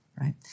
right